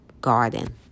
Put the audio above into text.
Garden